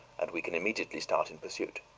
and we can immediately start in pursuit.